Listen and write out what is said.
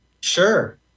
Sure